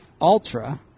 Ultra